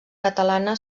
catalana